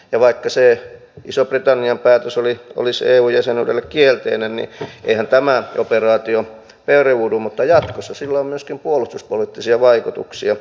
ja vaikka se ison britannian päätös eu jäsenyydestä olisi kielteinen niin eihän tämä operaatio peruunnu mutta jatkossa sillä on myöskin puolustuspoliittisia vaikutuksia